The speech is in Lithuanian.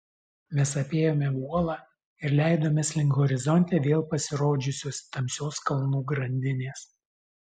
mes apėjome uolą ir leidomės link horizonte vėl pasirodžiusios tamsios kalnų grandinės